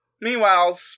Meanwhile